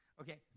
Okay